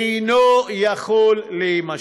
אינו יכול להימשך.